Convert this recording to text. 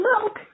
milk